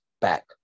back